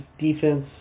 defense